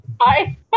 Hi